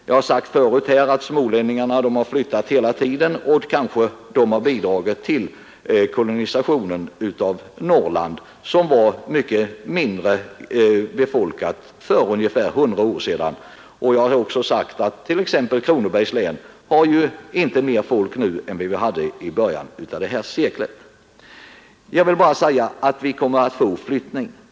Jag har sagt tidigare att smålänningarna har flyttat hela tiden, och kanske de har bidragit till kolonisationen av Norrland, som var mycket mindre befolkat för ungefär 100 år sedan. Jag har också sagt att t.ex. Kronobergs län inte har mer folk nu än det hade i början av seklet. Vi kommer att få en fortsatt flyttning.